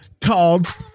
called